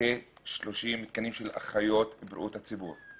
כ-30 תקנים של אחיות בריאות הציבור.